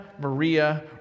Maria